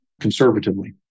conservatively